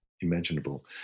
imaginable